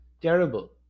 terrible